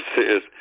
says